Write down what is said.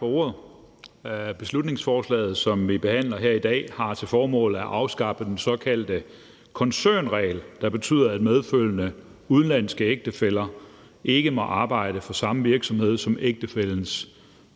Tak for ordet. Beslutningsforslaget, som vi behandler her i dag, har til formål at afskaffe den såkaldte koncernregel, der betyder, at medfølgende udenlandske ægtefæller ikke må arbejde for samme virksomhed, som ægtefællens